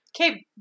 Okay